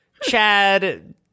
Chad